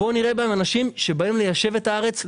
בואו נראה בהם אנשים שבאים ליישב את הארץ,